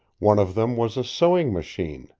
one of them was a sewing machine,